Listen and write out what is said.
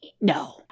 no